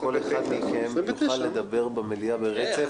שכל אחד מכם יוכל לדבר במליאה ברצף.